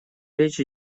речь